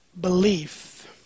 belief